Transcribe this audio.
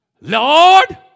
Lord